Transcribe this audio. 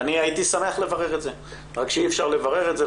אני הייתי שמח לברר את זה אלא שאי אפשר לברר את זה.